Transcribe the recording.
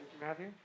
Matthew